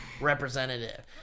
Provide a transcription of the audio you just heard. representative